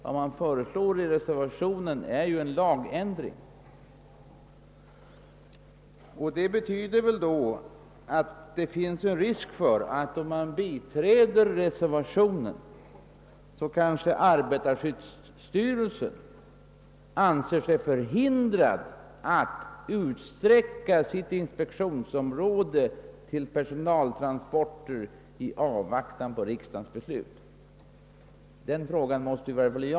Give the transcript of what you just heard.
Vad man föreslår är således en lagändring, och det betyder att det finns en risk för att arbetarskyddsstyrelsen kan anse sig förhindrad att utsträcka sitt inspektionsområde till personaltransporterna i avvaktan på riksdagens beslut härom.